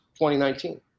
2019